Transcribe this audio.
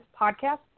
podcast